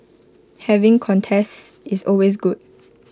having contests is always good